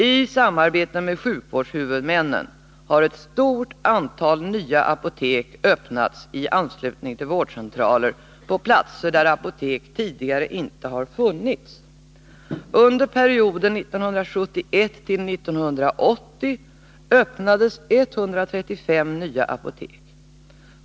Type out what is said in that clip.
I samarbete med sjukvårdshuvudmännen har ett stort antal nya apotek öppnats i anslutning till vårdcentraler på platser där apotek tidigare inte har funnits. Under perioden 1971-1980 öppnades 135 nya apotek.